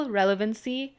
relevancy